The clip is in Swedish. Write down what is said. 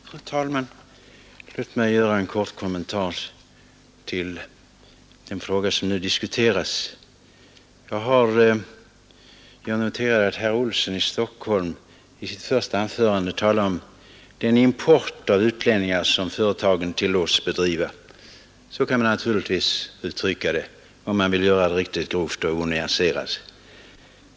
Fru talman! Låt mig göra en kort kommentar till den fråga som nu diskuteras. Jag noterar att herr Olsson i Stockholm i sitt första anförande talade om den import av utlänningar som företagen tillåts bedriva. Så kan man naturligtvis uttrycka det, om man vill göra det riktigt grovt och onyanserat.